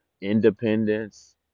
independence